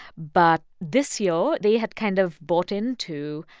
but this year, they had kind of bought into,